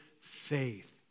faith